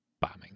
bombing